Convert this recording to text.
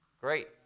Great